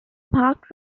park